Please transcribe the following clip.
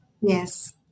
Yes